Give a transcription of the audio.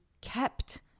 kept